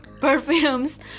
perfumes